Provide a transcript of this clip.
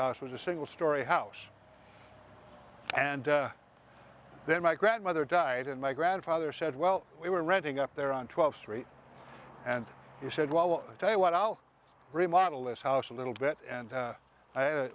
house was a single storey house and then my grandmother died and my grandfather said well we were renting up there on twelve three and he said well i tell you what i'll remodel this house a little bit and i had a